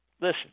listen